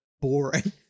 boring